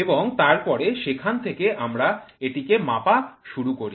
এবং তারপর সেখান থেকে আমরা এটিকে মাপা শুরু করি